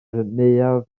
neuadd